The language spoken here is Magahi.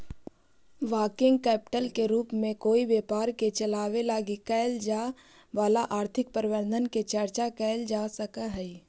वर्किंग कैपिटल के रूप में कोई व्यापार के चलावे लगी कैल जाए वाला आर्थिक प्रबंधन के चर्चा कैल जा सकऽ हई